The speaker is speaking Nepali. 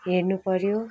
हेर्नुपऱ्यो